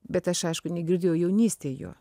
bet aš aišku negirdėjau jaunystėj jo